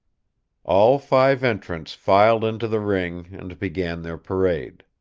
all five entrants filed into the ring and began their parade.